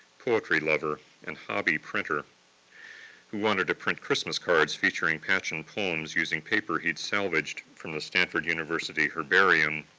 poetry lover, and hobby printer who wanted to print christmas cards featuring patchen poems using paper he'd salvaged from the stanford university herbarium